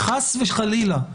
חס וחלילה.